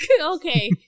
Okay